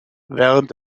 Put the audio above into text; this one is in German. während